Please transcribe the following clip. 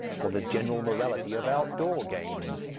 or the general morality of outdoor games.